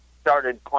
started